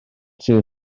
sydd